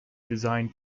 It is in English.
designed